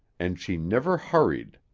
and she never hurried.